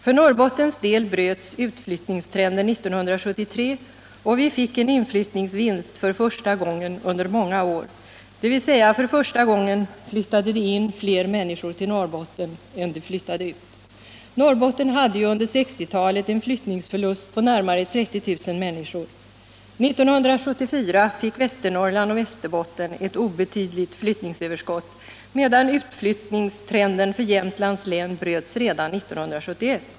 För Norrbottens del bröts utflyttningstrenden 1973, och vi fick en inflyttningsvinst för första gången under många år, dvs. för första gången flyttade fler människor in till Norrbotten än som flyttade ut. Norrbotten hade ju under 1960-talet en flyttningsförlust på närmare 30 000 människor. 1974 fick Västernorrland och Västerbotten ett obetydligt flyttningsöverskott, medan utflyttningstrenden för Jämtlands län bröts redan 1971.